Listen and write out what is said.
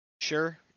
sure